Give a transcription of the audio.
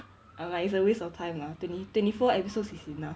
err it's like a waste of time ah twenty twenty four episodes is enough